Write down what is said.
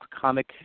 comic